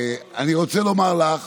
אני רוצה לומר לך